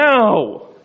now